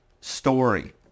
story